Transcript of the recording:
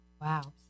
Wow